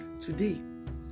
Today